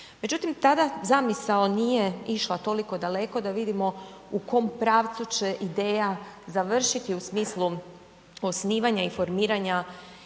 Međutim tada zamisao nije išla toliko daleko da vidimo u kom pravcu će ideja završiti u smislu osnivanja i formiranja